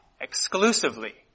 exclusively